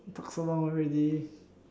talk so long already